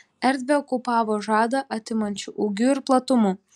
erdvę okupavo žadą atimančiu ūgiu ir platumu